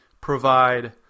provide